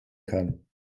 kann